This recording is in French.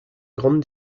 grande